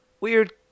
weird